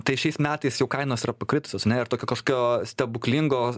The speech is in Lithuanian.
tai šiais metais jau kainos yra pakritusios ir tokio kažkokio stebuklingo